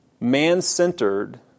man-centered